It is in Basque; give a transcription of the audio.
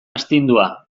astindua